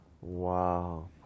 Wow